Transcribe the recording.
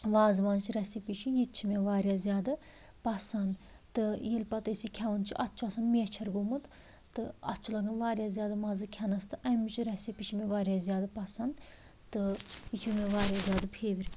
وازوانٕچ recipe چھِ یہِ تہِ چھِ مےٚ واریاہ زیادٕ پَسَنٛد تہٕ ییٚلہِ پَتہٕ أسۍ کھٮ۪وان چھِ اَتھ چھُ آسان میچھَر گوٚمُت تہٕ اَتھ چھُ لَگان واریاہ زیادٕ مَزٕ کھٮ۪نَس تہٕ اَمِچ رٮ۪سِپی چھِ مےٚ واریاہ زیادٕ پَسَنٛد تہٕ یہِ چھِ مےٚ واریاہ زیادٕ فیورِٹ